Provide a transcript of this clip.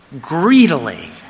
greedily